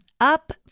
Up